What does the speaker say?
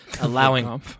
allowing